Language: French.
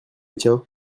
tien